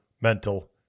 mental